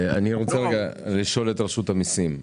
רשות המסים,